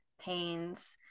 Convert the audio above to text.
pains